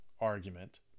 argument